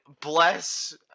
bless